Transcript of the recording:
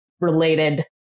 related